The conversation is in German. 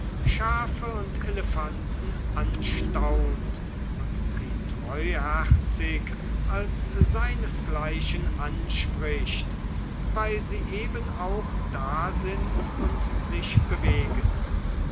schafe und elefanten anstaunt und sie treuherzig als seinesgleichen anspricht weil sie eben auch da sind und sich bewegen